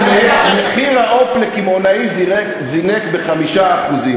לפני: "מחיר העוף לקמעונאי זינק ב-5%",